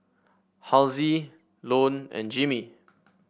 Halsey Lone and Jimmy